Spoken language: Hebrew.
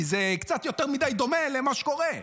כי זה קצת יותר מדי דומה למה שקורה,